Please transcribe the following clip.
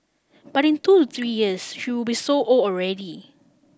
but in two to three years she will be so old already